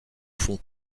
fond